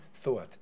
thought